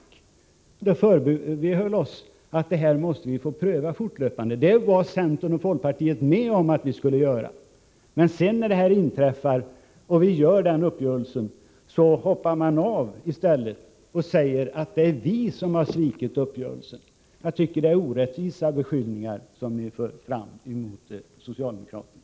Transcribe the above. Vi gjorde alltså det förbehållet att detta måste prövas fortlöpande, och det var centern och folkpartiet med om. Men när det sedan blir på detta sätt hoppar man av och säger att det är vi socialdemokrater som har svikit uppgörelsen. Jag tycker det är orättvisa beskyllningar som ni för fram mot socialdemokraterna.